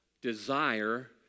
desire